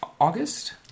August